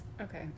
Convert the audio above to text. Okay